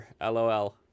LOL